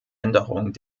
änderung